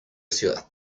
ciudad